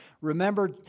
Remember